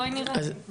בואי נראה.